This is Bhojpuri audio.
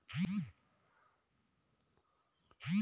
के.सी.सी बनवावे खातिर का करे के पड़ी?